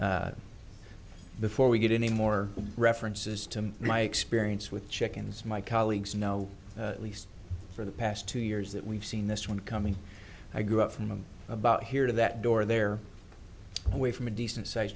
it before we get any more references to my experience with chickens my colleagues know least for the past two years that we've seen this one coming i grew up from about here to that door there away from a decent size